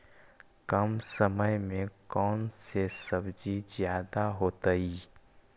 कम समय में कौन से सब्जी ज्यादा होतेई?